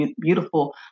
beautiful